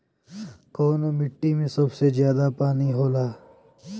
कौन मिट्टी मे सबसे ज्यादा पानी होला?